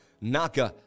Naka